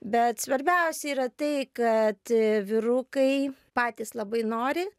bet svarbiausia yra tai kad vyrukai patys labai nori